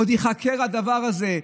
עוד ייחקר הדבר הזה,